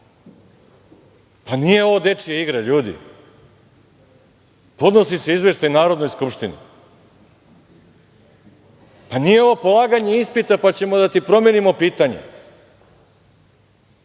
Nije ovo dečija igra, ljudi. Podnosi se izveštaj Narodnoj skupštini. Nije ovo polaganje ispita pa ćemo da ti promenimo pitanje,